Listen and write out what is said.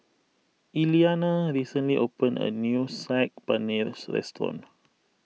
Iliana recently opened a new Saag Paneer restaurant